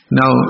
now